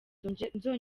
nzongera